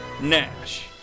Nash